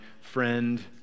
friend